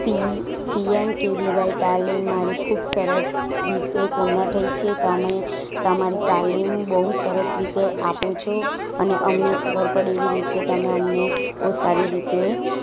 પી P M K V Y તાલીમ મારી ખૂબ સરળ રીતે પૂર્ણ થઈ છે તમે તમારી તાલીમ બહુ સરસ રીતે આપો છો અને અમને ખબર પડે એવી રીતે તમે અમને બહુ સારી રીતે